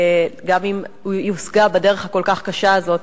גם אם היא הושגה בדרך הקשה כל כך הזאת,